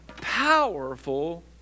powerful